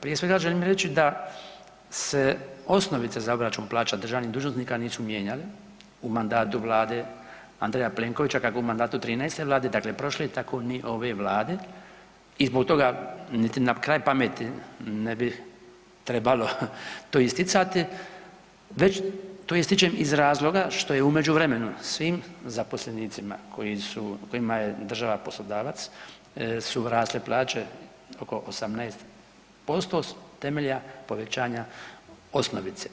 Prije svega želim reći da se osnovice za obračun plaća državnih dužnosnika nisu mijenjale u mandatu Vlade Andreja Plenkovića, kako u mandatu 13 vlada, dakle prošle tako ni ove Vlade i zbog toga niti na kraj pametni ne bi trebalo to isticati, već to ističem iz razloga što je u međuvremenu svim zaposlenicima koja je država poslodavac su rasle plaće oko 18% s temelja povećanja osnovice.